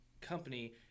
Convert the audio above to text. company